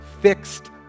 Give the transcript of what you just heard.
fixed